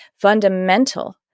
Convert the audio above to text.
fundamental